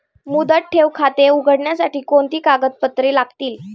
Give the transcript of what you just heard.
मुदत ठेव खाते उघडण्यासाठी कोणती कागदपत्रे लागतील?